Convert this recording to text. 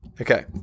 Okay